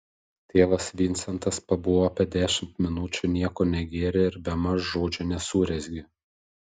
tėvas vincentas pabuvo apie dešimt minučių nieko negėrė ir bemaž žodžio nesurezgė